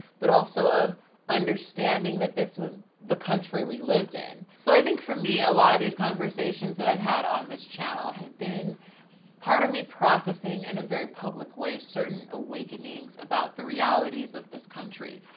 but also of understanding that this was the country we lived in. so i think for me, a lot of these conversations that i've had on this channel have been part of me processing in and a very public way, certain awakenings about the realities of this country.